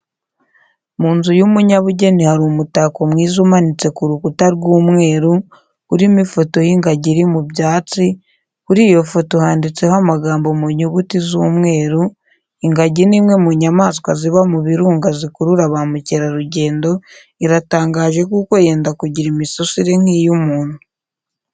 Mu nzu y'umunyabugeni hari umutako mwiza umanitse ku rukuta rw'umweru, urimo ifoto y'ingagi iri mu byatsi, kuri iyo foto handitseo amagambo mu nyuguti z'umweru, ingagi ni imwe mu nyamaswa ziba mu birunga zikurura ba mukerarugendo, iratangaje kuko yenda kugira imisusire nk'iy'umuntu.